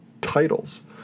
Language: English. titles